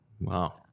Wow